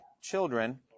children